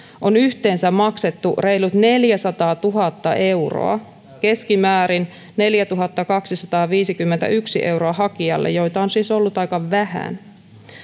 on yhteensä maksettu reilut neljäsataatuhatta euroa keskimäärin neljätuhattakaksisataaviisikymmentäyksi euroa hakijalle joita on siis ollut aika vähän